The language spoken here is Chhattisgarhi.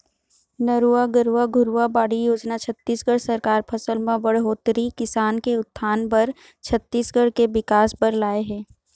नरूवा, गरूवा, घुरूवा, बाड़ी योजना छत्तीसगढ़ सरकार फसल म बड़होत्तरी, किसान के उत्थान बर, छत्तीसगढ़ के बिकास बर लाए हे